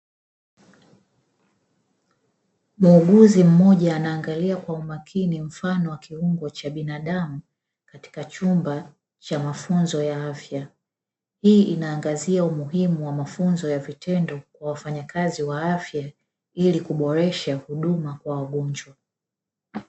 Muuguzi mmoja anaangalia kwa umakini mfano wa kiungo cha binadamu katika chumba cha mafunzo ya afya, hii inaangazia umuhimu wa mafunzo ya vitendo kwa wafanyakazi wa afya ili kuboresha huduma kwa wagonjwa